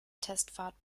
testfahrt